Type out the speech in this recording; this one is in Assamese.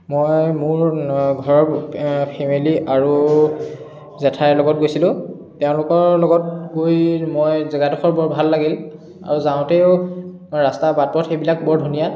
মই মোৰ ঘৰৰ ফেমিলি আৰু জেঠাইৰ লগত গৈছিলো তেওঁলোকৰ লগত গৈ মই জেগাডোখৰ বৰ ভাল লাগিল আৰু যাওঁতেও ৰাস্তাৰ বাট পথ সেইবিলাক বৰ ধুনীয়া